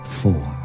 four